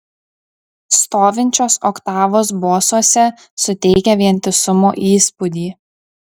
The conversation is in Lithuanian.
stovinčios oktavos bosuose suteikia vientisumo įspūdį